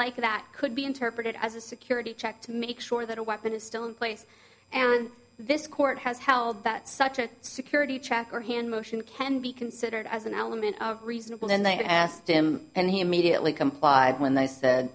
like that could be interpreted as a security check to make sure that a weapon is still in place and this court has held that such a security check or hand motion can be considered as an element of reasonable and i asked him and he immediately complied when they said